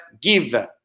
give